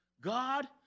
God